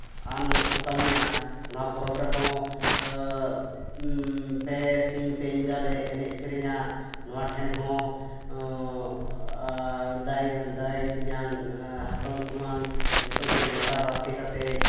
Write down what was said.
ᱟᱱ ᱠᱚ ᱠᱟᱹᱢᱤᱭᱟ ᱚᱱᱟ ᱯᱚᱨᱚᱵᱹ ᱨᱮᱦᱚᱸ ᱯᱮ ᱥᱤᱧ ᱯᱮ ᱧᱤᱫᱟᱹ ᱞᱮ ᱮᱱᱮᱡ ᱥᱮᱨᱮᱧᱟ ᱱᱚᱣᱟ ᱴᱷᱮᱱ ᱦᱚᱸ ᱫᱟᱹᱭ ᱫᱟᱹᱭᱼᱛᱮᱧᱟᱝ ᱦᱟᱛᱚᱢᱼᱠᱩᱢᱟᱹᱝ ᱡᱚᱛᱚ ᱜᱮ ᱱᱮᱣᱛᱟ ᱵᱟᱨᱛᱮ ᱠᱟᱛᱮ